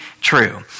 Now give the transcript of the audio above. true